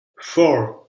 four